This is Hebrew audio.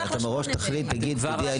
אתה תחליט מראש למי זה יגיע תודיע לשכן,